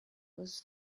was